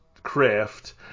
craft